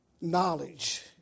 Knowledge